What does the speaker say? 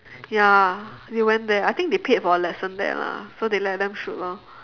ya they went there I think they paid for a lesson there lah so they let them shoot lor